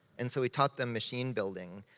and so we taught them machine building,